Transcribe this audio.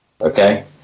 Okay